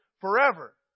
forever